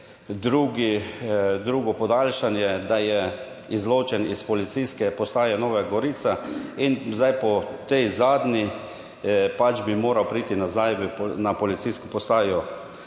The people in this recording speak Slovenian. drugo podaljšanje, da je izločen iz policijske postaje Nova Gorica, in zdaj po tej zadnji pač bi moral priti nazaj na policijsko postajo